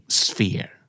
sphere